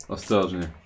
Ostrożnie